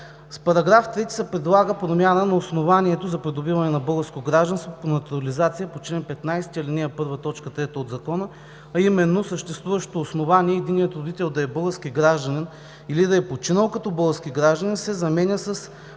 С § 3 се предлага промяна на основанието за придобиване на българско гражданство по натурализация по чл. 15, ал. 1, т. 3 от Закона, а именно съществуващото основание „единият родител да е български гражданин или да е починал като български гражданин“ се заменя с